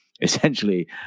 essentially